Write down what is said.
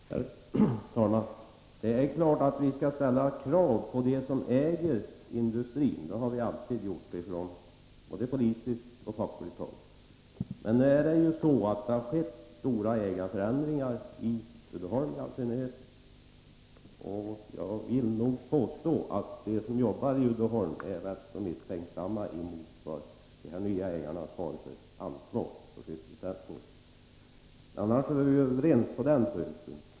Herr talman! Det är klart att vi skall ställa krav på dem som äger industrin. Det har vi alltid gjort både från politiskt och fackligt håll. Men det har skett stora ägarförändringar i Uddeholm i all synnerhet. Och jag vill påstå att de som jobbar i Uddeholm är rätt misstänksamma när det gäller vilket ansvar de nya ägarna kommer att ta för sysselsättningen. — Annars är vi överens på denna punkt.